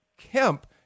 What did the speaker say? Kemp